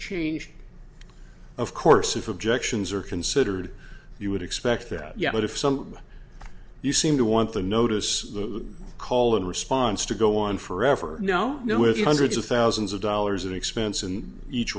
changed of course if objections are considered you would expect that yeah but if some you seem to want to notice the call and response to go on forever now you know it's hundreds of thousands of dollars of expense and each